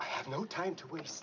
i have no time to waste